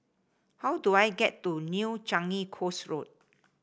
how do I get to New Changi Coast Road